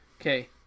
Okay